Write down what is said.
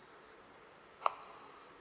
oh